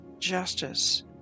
justice